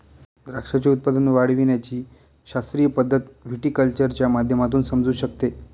द्राक्षाचे उत्पादन वाढविण्याची शास्त्रीय पद्धत व्हिटीकल्चरच्या माध्यमातून समजू शकते